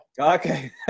Okay